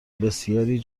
بسیاری